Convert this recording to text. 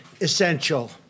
essential